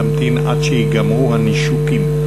תמתין עד שייגמרו הנישוקים.